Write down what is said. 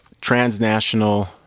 transnational